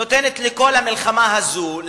נותנת לכל המלחמה הזאת,